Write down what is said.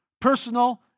personal